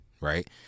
right